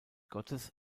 gottes